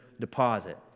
deposit